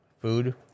food